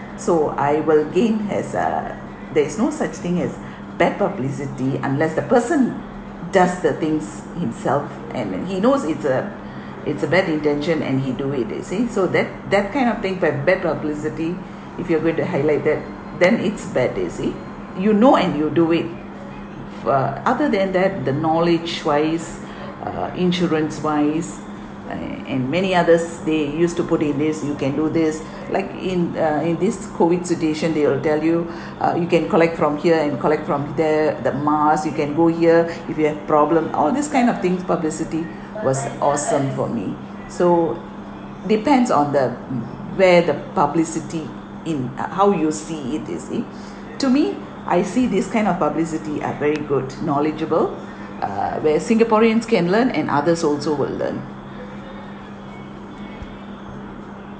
so I will gain as err there is no such thing as bad publicity unless the person does the things himself and and he knows it's a it's a bad intention and he do it you see so that that kind of thing bad bad publicity if you are going to highlight that then it's bad you see you know and you do it uh other than that the knowledge wise uh insurance wise and and many others they used to put in this you can do this like in uh in this COVID situation they will tell you uh you can collect from here and collect from there the mask you can go here if you have problem all this kind of thing publicity was awesome for me so depends on the mm where the publicity in ah how you see it you see to me I see this kind of publicity are very good knowledgeable uh where singaporeans can learn and others also will learn